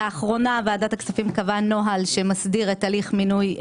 לאחרונה ועדת הכספים קבעה נוהל שמסדיר את הליך מינוי המנכ"לים,